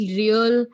real